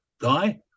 guy